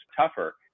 tougher